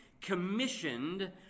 commissioned